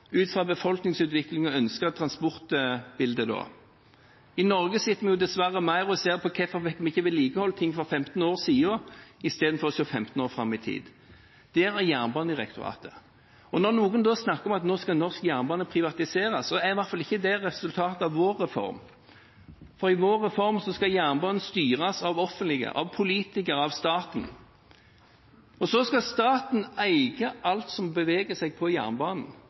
ut fra befolkningsutvikling og ønsket transportbilde. I Norge sitter vi dessverre mer og ser på hvorfor vi ikke vedlikeholder 15 år gamle ting i stedet for å se 15 år fram i tid. Der har vi jernbanedirektoratet. Og når noen da snakker om at nå skal norsk jernbane privatiseres, er i hvert fall ikke det resultatet av vår reform, for i vår reform skal jernbanen styres av det offentlige, av politikere, av staten. Og så skal staten eie alt som beveger seg på jernbanen.